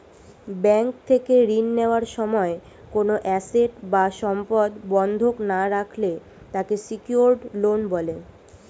bank থেকে ঋণ নেওয়ার সময় কোনো অ্যাসেট বা সম্পদ বন্ধক না রাখলে তাকে সিকিউরড লোন বলে